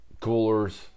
Coolers